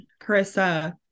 Carissa